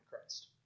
Christ